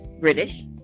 british